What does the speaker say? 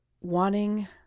wanting